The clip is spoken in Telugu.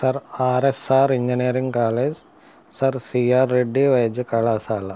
sir RSR engineering college sir CR Reddy వైద్య కళాశాల